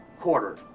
quarter